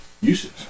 uses